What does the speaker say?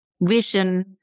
vision